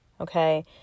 okay